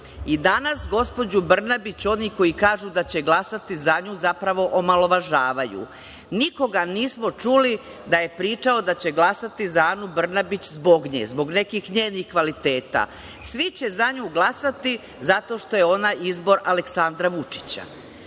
I danas, gospođu Brnabić, oni koji kažu da će glasati za nju zapravo omalovažavaju. Nikoga nismo čuli da je pričao da će glasati za Anu Brnabić zbog nje, zbog nekih njenih kvaliteta. Svi će za nju glasati zato što je ona izbor Aleksandra Vučića.